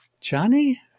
Johnny